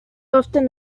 often